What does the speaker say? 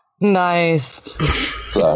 Nice